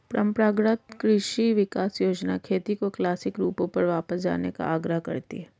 परम्परागत कृषि विकास योजना खेती के क्लासिक रूपों पर वापस जाने का आग्रह करती है